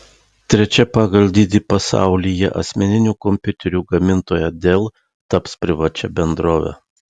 trečia pagal dydį pasaulyje asmeninių kompiuterių gamintoja dell taps privačia bendrove